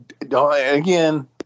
Again